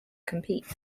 competes